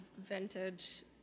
vintage